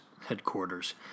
headquarters